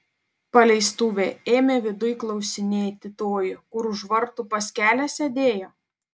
paleistuvė ėmė viduj klausinėti toji kur už vartų pas kelią sėdėjo